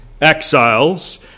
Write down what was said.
exiles